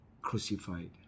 Crucified